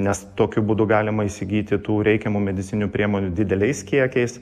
nes tokiu būdu galima įsigyti tų reikiamų medicininių priemonių dideliais kiekiais